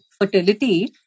fertility